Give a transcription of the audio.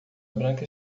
branca